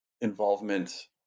involvement